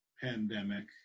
pandemic